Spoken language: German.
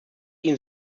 ihn